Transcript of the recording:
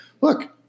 look